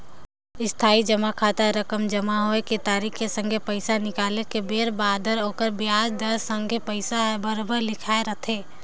इस्थाई जमा खाता रकम जमा होए के तारिख के संघे पैसा निकाले के बेर बादर ओखर बियाज दर के संघे पइसा हर बराबेर लिखाए रथें